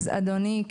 אז אדוני,